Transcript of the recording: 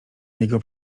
jego